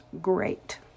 great